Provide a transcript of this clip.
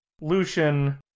Lucian